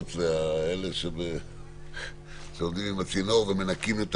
זה אלה שעומדים עם הצינור ומנקים.